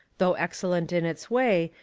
though excellent in its way,